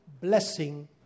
blessing